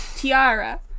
Tiara